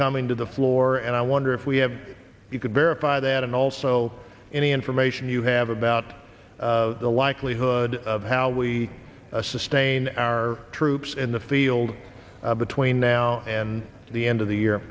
coming to the floor and i wonder if we have you could verify that and also any information you have about the likelihood of how we sustain our troops in the field between now and the end of the year